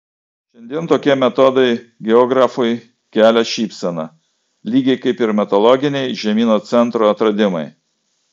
šiandien tokie metodai geografui kelia šypseną lygiai kaip ir mitologiniai žemyno centro atradimai